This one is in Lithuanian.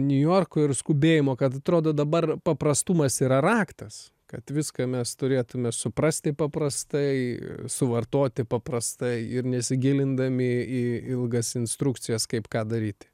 niujorko ir skubėjimo kad atrodo dabar paprastumas yra raktas kad viską mes turėtume suprasti paprastai suvartoti paprastai ir nesigilindami į ilgas instrukcijas kaip ką daryti